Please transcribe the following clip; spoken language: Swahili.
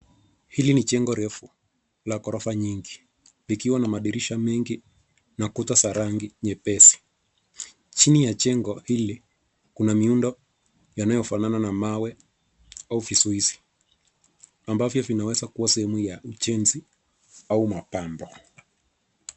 Hili ni jengo refu la ghorofa nyingi, likiwa na madirisha mengi na kuta za rangi nyepesi. Chini ya jengo hili, kuna miundo yanayofanana na mawe au vizuizi. Ambavyo vinaweza kuwa sehemu ya ujenzi au mapambo.